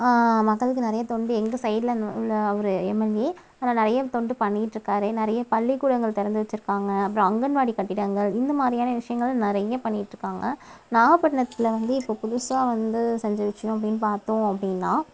மக்களுக்கு நிறைய தொண்டு எங்க சைடில் உள்ள அவர் எம்எல்ஏ அதில் நிறைய தொண்டு பண்ணிகிட்டிருக்காரு நிறைய பள்ளிக்கூடங்கள் திறந்து வச்சிருக்காங்க அப்புறம் அங்கன்வாடி கட்டிடங்கள் இந்த மாதிரியான விஷயங்கள் நிறைய பண்ணிக்கிட்ருக்காங்க நாகப்பட்டினத்தில் வந்து இப்போ புதுசாக வந்து செஞ்ச விஷயம் அப்படீன்னு பார்த்தோம் அப்படீன்னா